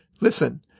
Listen